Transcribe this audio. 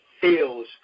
feels